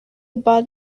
bug